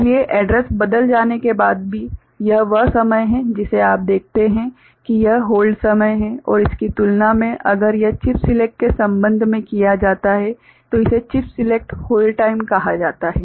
इसलिए एड्रैस बदल जाने के बाद भी यह वह समय है जिसे आप देखते हैं कि यह होल्ड समय है और इसकी तुलना में अगर यह चिप सिलेक्ट के संबंध में किया जाता है तो इसे चिप सिलेक्ट होल्ड टाइम कहा जाता है